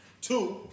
two